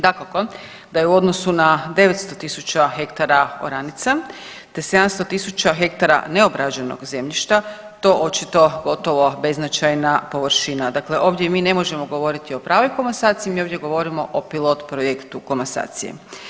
Dakako da je u odnosu na 900 tisuća hektara oranica, te 700 tisuća hektara neobrađenog zemljišta to očito gotovo beznačajna površina, dakle ovdje mi ne možemo govoriti o pravoj komasaciji, mi ovdje govorimo o pilot projektu komasacije.